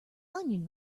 onion